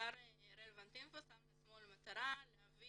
אתר "רלוונט אינפו" שם לעצמו למטרה להביא